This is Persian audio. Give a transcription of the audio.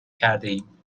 کردهایم